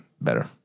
Better